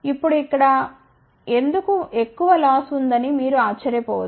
ఇప్పుడు ఇక్కడ ఎందుకు ఎక్కువ లాస్ ఉందని మీరు ఆశ్చర్యపో వచ్చు